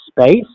space